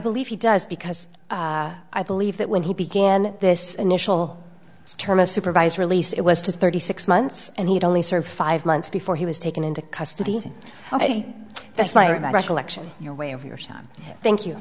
believe he does because i believe that when he began this initial term of supervised release it was to thirty six months and he'd only serve five months before he was taken into custody ok that's my recollection your way of your son thank you